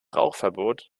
rauchverbot